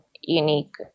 unique